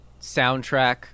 soundtrack